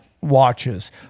watches